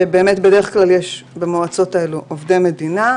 שבדרך כלל יש במועצות האלה עובדי מדינה,